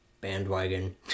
bandwagon